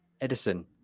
Edison